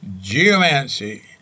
Geomancy